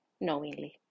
knowingly